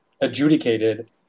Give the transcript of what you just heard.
adjudicated